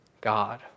God